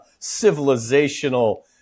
civilizational